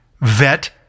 vet